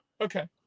Okay